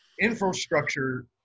infrastructure